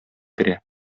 керә